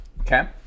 Okay